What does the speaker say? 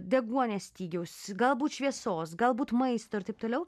deguonies stygiaus galbūt šviesos galbūt maisto ir taip toliau